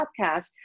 podcast